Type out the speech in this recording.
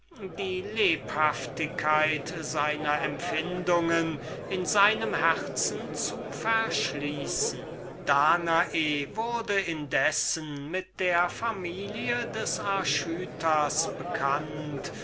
die lebhaftigkeit seiner empfindungen in seinem herzen zu verschließen danae wurde indessen mit der familie des archytas bekannt